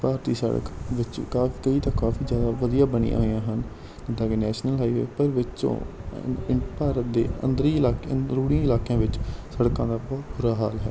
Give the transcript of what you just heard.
ਭਾਰਤੀ ਸੜਕ ਵਿੱਚ ਕਾ ਕਈ ਤਾਂ ਕਾਫੀ ਜ਼ਿਆਦਾ ਵਧੀਆ ਬਣੀਆਂ ਹੋਈਆਂ ਹਨ ਜਿੱਦਾਂ ਕਿ ਨੈਸ਼ਨਲ ਹਾਈਵੇ ਪਰ ਵਿੱਚੋਂ ਭਾਰਤ ਦੇ ਅੰਦਰੀ ਇਲਾਕੇ ਰੂੜੀ ਇਲਾਕਿਆਂ ਵਿੱਚ ਸੜਕਾਂ ਦਾ ਬਹੁਤ ਬੁਰਾ ਹਾਲ ਹੈ